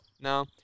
no